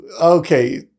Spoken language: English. okay